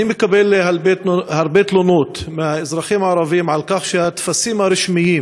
אני מקבל הרבה תלונות מהאזרחים הערבים על כך שהטפסים הרשמיים